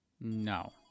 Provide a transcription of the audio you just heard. No